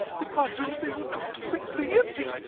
the classrooms, they were completely empty!